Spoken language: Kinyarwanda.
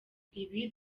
ibi